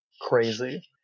crazy